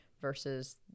versus